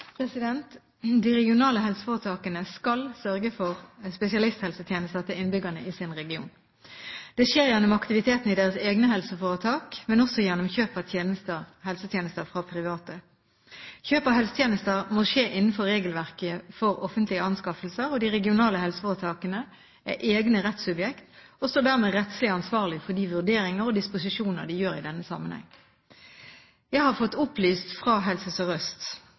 røntgenundersøkelser?» De regionale helseforetakene skal sørge for spesialisthelsetjenester til innbyggerne i sin region. Det skjer gjennom aktiviteten i deres egne helseforetak, men også gjennom kjøp av helsetjenester fra private. Kjøp av helsetjenester må skje innenfor regelverket for offentlige anskaffelser. De regionale helseforetakene er egne rettssubjekter, og står dermed rettslig ansvarlig for de vurderinger og disposisjoner de gjør i denne sammenheng. Jeg har fått opplyst fra Helse